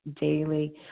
daily